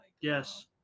yes